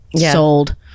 sold